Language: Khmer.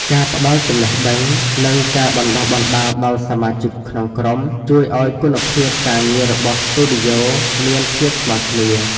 ការផ្ដល់ចំណេះដឹង និងការបណ្ដុះបណ្ដាលដល់សមាជិកក្នុងក្រុម ជួយឱ្យគុណភាពការងាររបស់ស្ទូឌីយ៉ូមានភាពស្មើគ្នា។